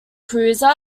cruiser